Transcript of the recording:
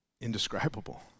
indescribable